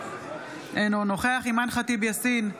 אינו נוכח אימאן ח'טיב יאסין,